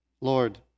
Lord